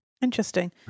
interesting